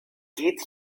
geht